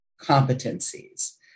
competencies